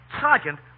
Sergeant